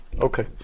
Okay